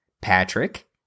Patrick